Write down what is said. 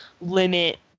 limit